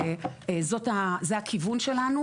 זה הכיוון שלנו.